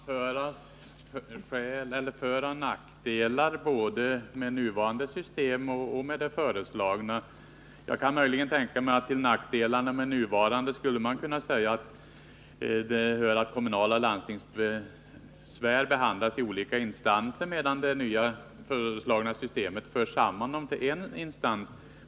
Herr talman! Det kan naturligtvis anföras föroch nackdelar med både nuvarande system och det föreslagna. Jag kan möjligen tänka mig att man skulle kunna säga att till nackdelarna med det nuvarande systemet hör att kommunaloch landstingsbesvär behandlas i olika instanser — i det nu föreslagna systemet förs de samman till en instans.